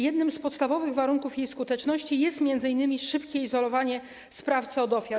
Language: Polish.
Jednym z podstawowych warunków jej skuteczności jest m.in. szybkie izolowanie sprawcy od ofiar.